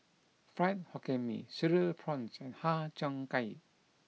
Fried Hokkien Mee Cereal Prawns and Har Cheong Gai